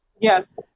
Yes